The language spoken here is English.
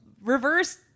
reverse